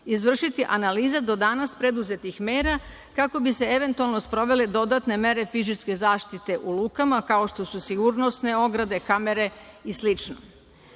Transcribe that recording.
izvršiti analiza do danas preduzetih mera, kako bi se eventualno sprovele dodatne mere fizičke zaštite u lukama, kao što su sigurnosne ograde, kamere i